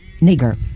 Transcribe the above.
Nigger